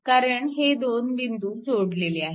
कारण हे दोन बिंदू जोडलेले आहेत